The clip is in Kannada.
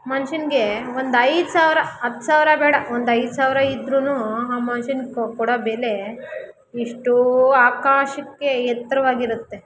ಮನುಷ್ಯಂಗೆ ಒಂದೈದು ಸಾವಿರ ಹತ್ತು ಸಾವಿರ ಬೇಡ ಒಂದೈದು ಸಾವಿರ ಇದ್ದರೂನು ಆ ಮನ್ಷಂಗೆ ಕೊಡೋ ಬೆಲೆೆ ಎಷ್ಟೋ ಆಕಾಶಕ್ಕೆ ಎತ್ತರವಾಗಿರುತ್ತೆ